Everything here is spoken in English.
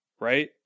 right